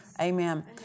Amen